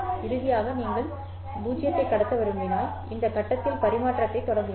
இறுதியாக நீங்கள் 0 ஐ கடத்த விரும்பினால் இந்த கட்டத்தில் பரிமாற்றத்தைத் தொடங்குவீர்கள்